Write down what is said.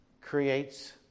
creates